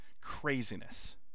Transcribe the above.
craziness